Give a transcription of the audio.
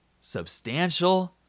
substantial